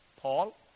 Paul